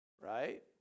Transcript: right